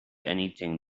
anything